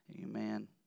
Amen